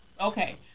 okay